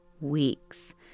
weeks